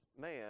man